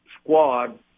squad